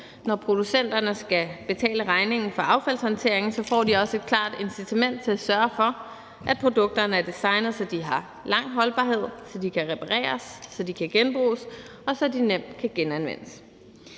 Når producenterne skal betale regningen for affaldshåndteringen, får de også et klart incitament til at sørge for, at produkterne er designet, så de har lang holdbarhed, så de kan repareres, så de kan genbruges, og så de nemt kan genanvendes.